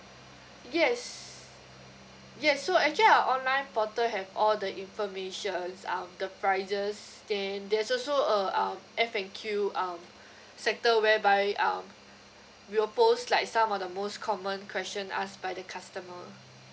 yes yes so actually our online portal have all the information um the prices then there's also a um F_A_Q um sector whereby um we'll post like some of the most common question asked by the customer